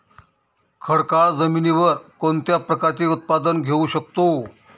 खडकाळ जमिनीवर कोणत्या प्रकारचे उत्पादन घेऊ शकतो?